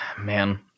man